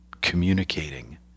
communicating